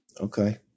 Okay